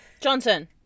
Johnson